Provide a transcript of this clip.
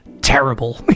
terrible